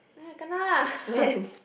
ya kena lah